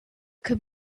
could